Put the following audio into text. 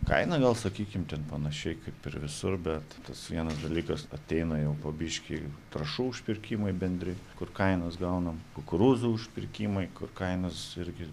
kaina gal sakykim ten panašiai kaip ir visur bet tas vienas dalykas ateina jau po biškį trąšų užpirkimai bendri kur kainas gaunam kukurūzų užpirkimai kur kainas irgi